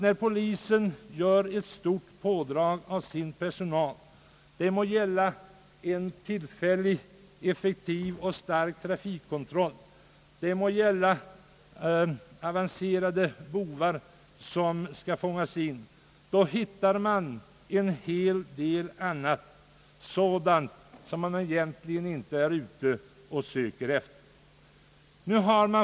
När polisen gör ett stort pådrag — det må gälla en tillfällig effektiv och stark trafikkontroll, det må gälla infångande av avancerade bovar — har det konstaterats att den hittar en hel del annat, som man egentligen inte är ute och söker efter.